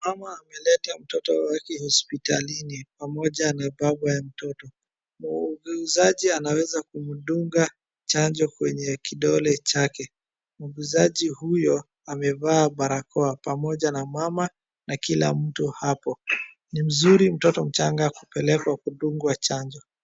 Mama ameleta mtoto wake hospitalini pamoja na baba ya mtoto. Muuguzaji anaweza kumdunga chanjo kwenye kidole chake. Muuguzaji huyo amevaa barakoa pamoja na mama na kila mtu hapo. Ni mzuri mtoto mchanga kupelekwa kudungwa chanjo.